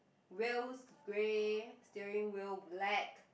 wheels grey steering wheel black